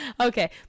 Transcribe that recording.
okay